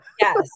yes